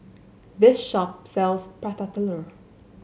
this shop sells Prata Telur